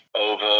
over